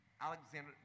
alexander